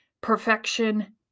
perfection